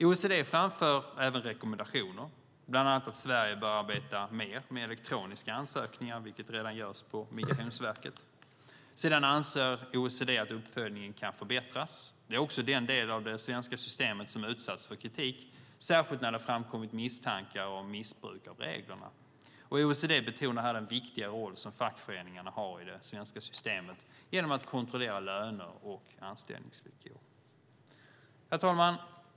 OECD framför även rekommendationer, bland annat att Sverige bör arbeta mer med elektroniska ansökningar, vilket redan görs på Migrationsverket, och att uppföljningen kan förbättras. Det är också den del av det svenska systemet som utsatts för kritik, särskilt när det framkommit misstankar om missbruk av reglerna. OECD betonar här den viktiga roll som fackföreningarna har i det svenska systemet genom att kontrollera löner och anställningsvillkor. Herr talman!